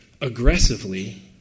aggressively